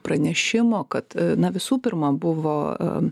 pranešimo kad na visų pirma buvo